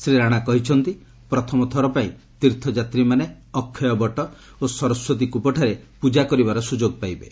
ଶ୍ରୀ ରାଣା କହିଛନ୍ତି ପ୍ରଥମ ଥର ପାଇଁ ତୀର୍ଥ ଯାତ୍ରୀମାନେ ଅକ୍ଷୟବଟ ଓ ସରସ୍ୱତୀ କ୍ରିପଠାରେ ପୂଜା କରିବାର ସୁଯୋଗ ପାଇବେ